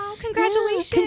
congratulations